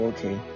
Okay